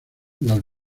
las